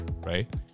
right